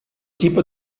tipo